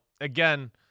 again